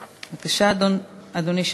בבקשה, אדוני.